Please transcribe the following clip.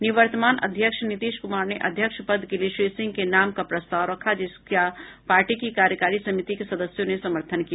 निवर्तमान अध्यक्ष नीतीश कुमार ने अध्यक्ष पद के लिए श्री सिंह के नाम का प्रस्ताव रखा जिसका पार्टी की कार्यकारी समिति के सदस्यों ने समर्थन किया